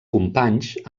companys